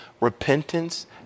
Repentance